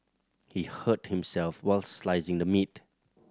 he hurt himself while slicing the meat